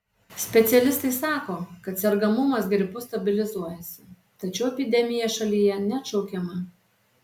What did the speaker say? specialistai sako kad sergamumas gripu stabilizuojasi tačiau epidemija šalyje neatšaukiama